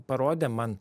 parodė man